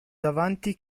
davanti